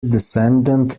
descendant